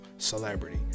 Celebrity